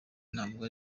ntabwo